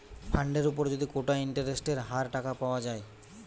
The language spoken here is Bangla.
ফান্ডের উপর যদি কোটা ইন্টারেস্টের হার টাকা পাওয়া যায়